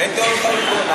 אין דעות חלוקות.